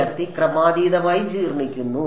വിദ്യാർത്ഥി ക്രമാതീതമായി ജീർണിക്കുന്നു